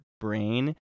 brain